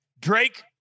Drake